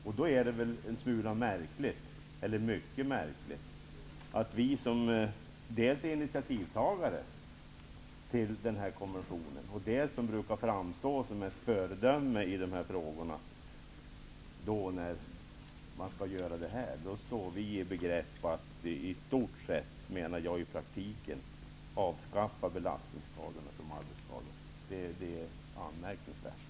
Under sådana förhållanden är det mycket märkligt att vi, som dels är initiativtagare till konventionen och dels brukar framstå som föredöme i dessa frågor, står i begrepp att i stort sett, menar jag, i praktiken avskaffa belastningsskadorna som arbetsskador. Det är anmärkningsvärt.